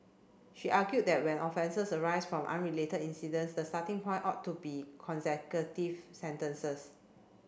she argued that when offences arise from unrelated incidents the starting point ought to be consecutive sentences